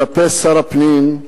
כלפי שר הפנים,